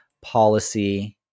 policy